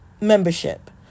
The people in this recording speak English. membership